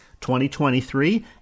2023